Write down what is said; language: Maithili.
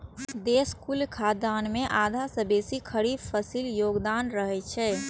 देशक कुल खाद्यान्न मे आधा सं बेसी खरीफ फसिलक योगदान रहै छै